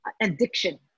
addiction